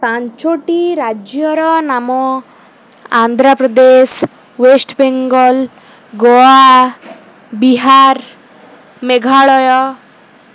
ପାଞ୍ଚଟି ରାଜ୍ୟର ନାମ ଆନ୍ଧ୍ରପ୍ରଦେଶ ୱେଷ୍ଟବେଙ୍ଗଲ ଗୋଆ ବିହାର ମେଘାଳୟ